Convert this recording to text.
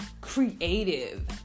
creative